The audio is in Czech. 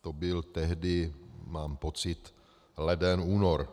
To byl tehdy, mám pocit, leden, únor.